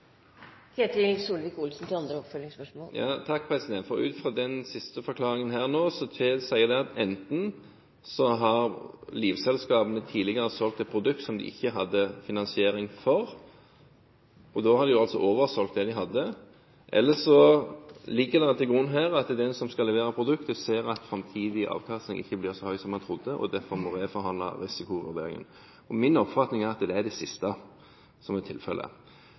Den siste forklaringen tilsier at enten har livselskapene tidligere solgt et produkt som de ikke hadde finansiering for – og da har de altså oversolgt det de hadde – eller så ser den som skal levere produktet, at framtidig avkastning ikke blir så høy som man trodde, og derfor reforhandler en risikovurderingen. Min oppfatning er at det er det siste som er